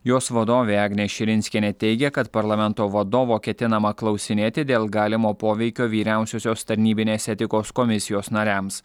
jos vadovė agnė širinskienė teigia kad parlamento vadovo ketinama klausinėti dėl galimo poveikio vyriausiosios tarnybinės etikos komisijos nariams